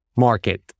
market